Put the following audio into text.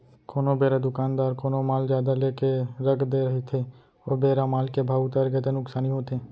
कोनो बेरा दुकानदार कोनो माल जादा लेके रख दे रहिथे ओ बेरा माल के भाव उतरगे ता नुकसानी होथे